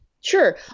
Sure